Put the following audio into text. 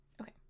Okay